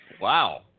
Wow